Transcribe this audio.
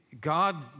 God